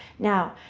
now,